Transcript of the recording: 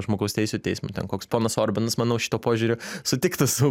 žmogaus teisių teismo ten koks ponas orbanas manau šituo požiūriu sutiktų su